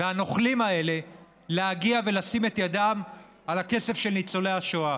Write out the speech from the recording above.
והנוכלים האלה להגיע ולשים את ידם על הכסף של ניצולי השואה.